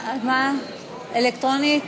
אלקטרונית?